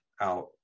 out